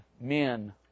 men